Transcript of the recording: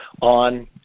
on